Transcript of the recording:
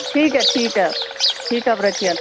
ٹھیک ہے ٹھیک ہے ٹھیک ہے آپ رکھیے